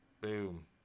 Boom